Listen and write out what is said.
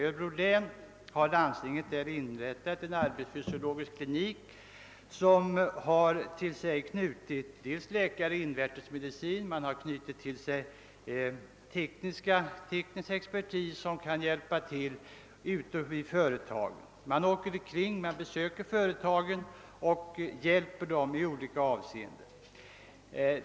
I Örebro har landstinget inrättat en arbetsfysiologisk klinik, till vilken knutits både läkare i iunvärtesmedicin och teknisk expertis som kan hjälpa till ute i företagen; man besöker företagen och bistår dem i olika avseenden.